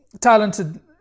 talented